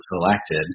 selected